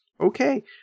Okay